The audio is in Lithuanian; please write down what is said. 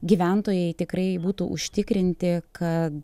gyventojai tikrai būtų užtikrinti kad